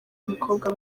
umukobwa